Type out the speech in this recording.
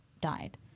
died